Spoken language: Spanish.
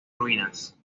ruinas